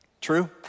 True